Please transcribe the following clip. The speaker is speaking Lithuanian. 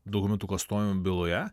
dokumentų klastojimo byloje